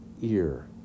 ear